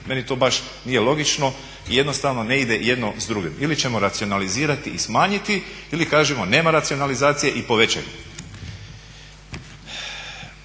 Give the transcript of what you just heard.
Meni to baš nije logično i jednostavno ne ide jedno s drugim. Ili ćemo racionalizirati i smanjiti ili kažemo nema racionalizacije i povećamo.